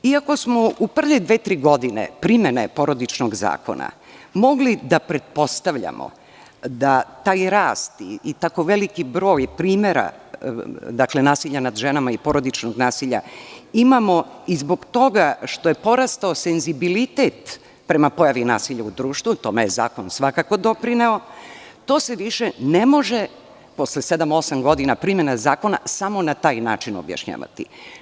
Iako smo u prve dve-tri godine primene Porodičnog zakona mogli da pretpostavljamo da taj rast i tako veliki broj primera nasilja nad ženama i porodičnog nasilja imamo i zbog toga što je porastao senzibilitet prema pojavi nasilja u društvu, tome je zakon svakako doprineo, to se više ne može posle sedam-osam godina primene zakona, samo na taj način objašnjavati.